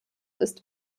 ist